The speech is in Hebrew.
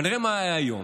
אבל נראה מה היה היום: